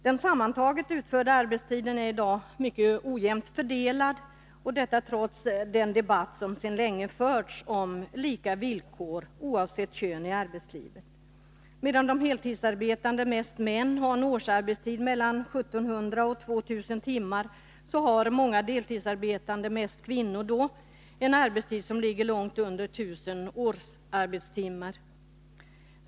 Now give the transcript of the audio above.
Den sammantagna arbetstiden är i dag mycket ojämnt fördelad — detta trots den debatt som sedan länge förts om lika villkor oavsett kön i arbetslivet. Medan de heltidsarbetande — mest män — har en årsarbetstid mellan 1 700 och 2 000 timmar, har många deltidsarbetande — mest kvinnor — en arbetstid som ligger långt under 1000 årsarbetstimmar.